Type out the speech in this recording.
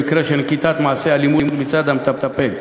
במקרה של נקיטת מעשה אלימות מצד המטפל.